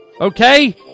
Okay